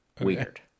weird